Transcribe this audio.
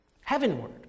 heavenward